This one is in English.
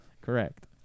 Correct